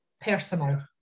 personal